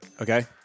Okay